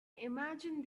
imagine